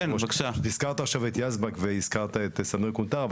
הזכרת עכשיו את יזבק ואת סמיר קונטאר,